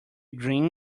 green